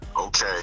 okay